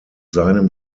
seinem